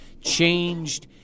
changed